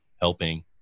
helping